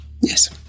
yes